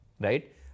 right